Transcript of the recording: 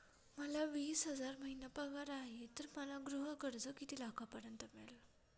मला वीस हजार महिना पगार आहे तर मला गृह कर्ज किती लाखांपर्यंत मिळेल?